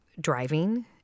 driving